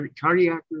cardiac